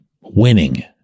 winning